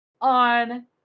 on